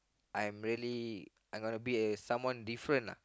I'm really I got to be a someone different uh